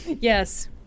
Yes